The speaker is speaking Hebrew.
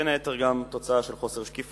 בין היתר זה גם תוצאה של חוסר שקיפות,